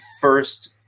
first